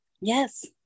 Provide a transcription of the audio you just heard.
Yes